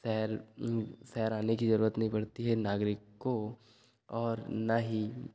शहर शहर आने की जरूरत नहीं पड़ती है नागरिक को और ना ही